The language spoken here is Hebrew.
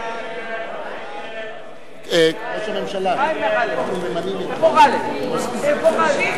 ההצעה להסיר מסדר-היום את הצעת חוק מענק